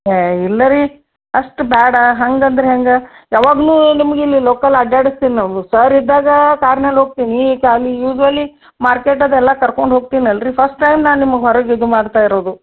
ಏ ಇಲ್ಲ ರೀ ಅಷ್ಟು ಬೇಡ ಹಂಗಾದ್ರೆ ಹೆಂಗೆ ಯಾವಾಗಲೂ ನಿಮ್ಗೆ ಇಲ್ಲಿ ಲೋಕಲ್ ಅಡ್ಡಾಡಿಸ್ತೀವಿ ನಾವು ಸರ್ ಇದ್ದಾಗ ಕಾರಿನಲ್ಲಿ ಹೋಗ್ತೀನಿ ಖಾಲಿ ಯೂಸ್ಯೂವಲಿ ಮಾರ್ಕೆಟ್ ಅದೆಲ್ಲ ಕರ್ಕೊಂಡು ಹೋಗ್ತೀನಲ್ಲ ರೀ ಫಸ್ಟ್ ಟೈಮ್ ನಾನು ನಿಮಗೆ ಹೊರಗೆ ಇದು ಮಾಡ್ತ ಇರೋದು